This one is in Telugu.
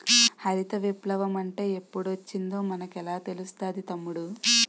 హరిత విప్లవ మంటే ఎప్పుడొచ్చిందో మనకెలా తెలుస్తాది తమ్ముడూ?